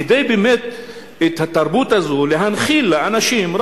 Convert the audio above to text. כדי באמת להנחיל לאנשים את התרבות הזאת.